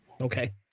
Okay